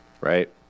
Right